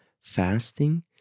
fasting